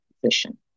position